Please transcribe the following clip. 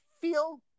feel